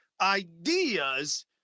ideas